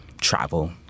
travel